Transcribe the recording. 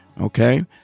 Okay